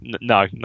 no